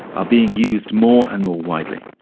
are being used more and more widely,